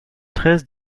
treize